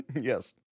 Yes